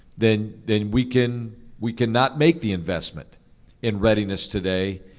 then then we can we can not make the investment in readiness today.